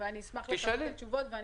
ואני אשמח לקבל תשובות.